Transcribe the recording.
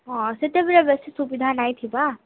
ହଁ ସେତେବେଳେ ବେଶୀ ସୁବିଧା ନାଇଁଥିବା